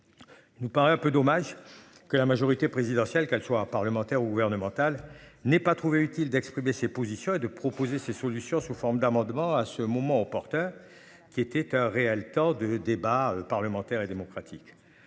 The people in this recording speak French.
Nous paraît un peu dommage que la majorité présidentielle, qu'elle soit parlementaire ou gouvernementale n'est pas trouvé utile d'exprimer ses positions et de proposer ses solutions sous forme d'amendement à ce moment opportun qui était un réel temps de débat parlementaire et démocratique.